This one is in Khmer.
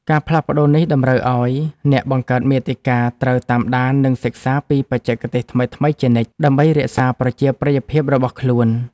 ការផ្លាស់ប្តូរនេះតម្រូវឱ្យអ្នកបង្កើតមាតិកាត្រូវតាមដាន និងសិក្សាពីបច្ចេកទេសថ្មីៗជានិច្ច ដើម្បីរក្សាប្រជាប្រិយភាពរបស់ខ្លួន។